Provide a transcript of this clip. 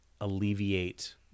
alleviate